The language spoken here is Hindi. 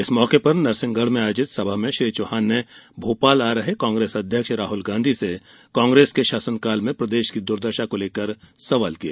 इस मौके पर नरिसंहगढ़ में आयोजित सभा में श्री चौहान ने भोपाल आ रहे कांग्रेस अध्यक्ष राहुल गांधी से कांग्रेस के शासनकाल में प्रदेश की दूर्दशा को लेकर सवाल किए